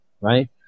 right